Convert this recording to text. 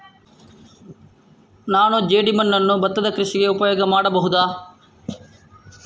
ನಾನು ಜೇಡಿಮಣ್ಣನ್ನು ಭತ್ತದ ಕೃಷಿಗೆ ಉಪಯೋಗ ಮಾಡಬಹುದಾ?